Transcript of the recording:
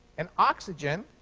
an oxygen